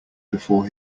before